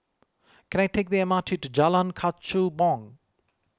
can I take the M R T to Jalan Kechubong